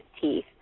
teeth